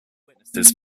witnesses